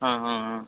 हा हा हा